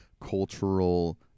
cultural